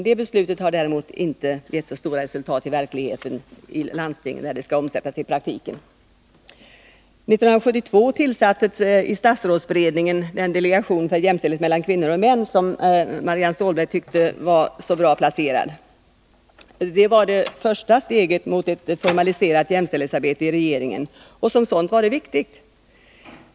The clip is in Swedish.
Det beslutet har tyvärr inte gett så stora resultat i verkligheten i landstingen där det skall omsättas i praktiken. År 1972 tillsattes i statsrådsberedningen den delegation för jämställdhet mellan kvinnor och män som Marianne Stålberg tyckte var så bra placerad. Den var det första steget mot ett formaliserat jämställdhetsarbete i regeringen, och som sådant var det viktigt.